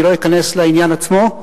אני לא אכנס לעניין עצמו,